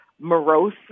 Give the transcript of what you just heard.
morose